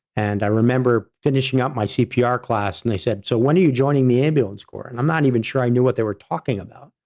and i remember finishing up my cpr class and they said so when are you joining the ambulance corps? and i'm not even sure i knew what they were talking about.